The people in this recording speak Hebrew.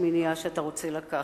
השמינייה שאתה רוצה לקחת.